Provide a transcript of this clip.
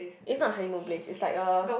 is not a honeymoon place is like a